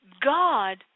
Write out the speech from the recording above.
God